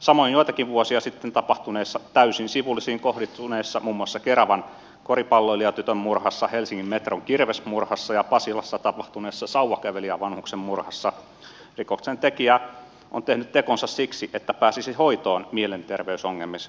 samoin joitakin vuosia sitten tapahtuneissa täysin sivullisiin kohdistuneissa murhissa muun muassa keravan koripalloilijatytön murhassa helsingin metron kirvesmurhassa ja pasilassa tapahtuneessa sauvakävelijävanhuksen murhassa rikoksentekijä on tehnyt tekonsa siksi että pääsisi hoitoon mielenterveysongelmiensa vuoksi